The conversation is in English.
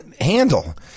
handle